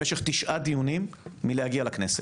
במשך תשעה דיונים, מלהגיע לכנסת.